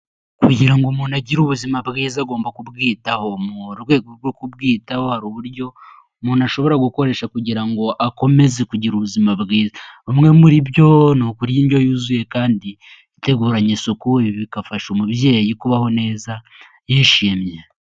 Kugira ngo umuntu agire ubuzima bwiza, agomba kubwitaho, mu rwego rwo kubwitaho hari uburyo umuntu ashobora gukoresha kugira ngo akomeze kugira ubuzima bwiza, bumwe muri byo ni ukurya indyo yuzuye kandi iteguranye isuku, ibi bigafasha umubyeyi kubaho neza yishimye.